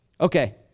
Okay